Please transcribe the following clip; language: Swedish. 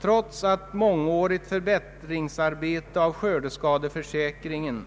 Trots ett mångårigt förbättringsarbete av skördeskadeförsäkringen